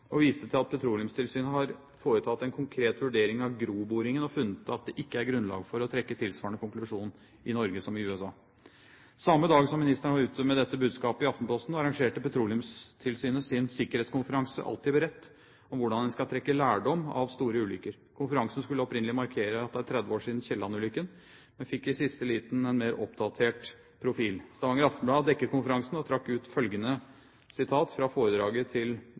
og viste til at Petroleumstilsynet har foretatt en konkret vurdering av Gro-boringen, og funnet at det ikke er grunnlag for å trekke tilsvarende konklusjon i Norge som i USA. Samme dag som ministeren var ute med dette budskapet i Aftenposten, arrangerte Petroleumstilsynet sin sikkerhetskonferanse «Alltid beredt?» om hvordan en skal trekke lærdom av store ulykker. Konferansen skulle opprinnelig markere at det er 30 år siden «Alexander Kielland»-ulykken, men fikk i siste liten en mer oppdatert profil. Stavanger Aftenblad dekket konferansen og trakk ut følgende sitat fra foredraget til